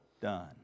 done